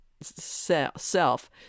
self